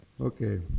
Okay